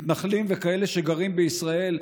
מתנחלים וכאלה שגרים בישראל,